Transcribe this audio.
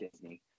Disney